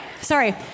sorry